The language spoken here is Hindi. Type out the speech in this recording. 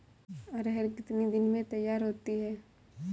अरहर कितनी दिन में तैयार होती है?